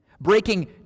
Breaking